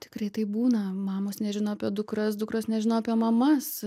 tikrai taip būna mamos nežino apie dukras dukros nežino apie mamas